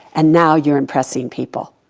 and now you're impressing people.